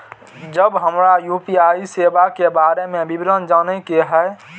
जब हमरा यू.पी.आई सेवा के बारे में विवरण जाने के हाय?